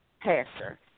Pastor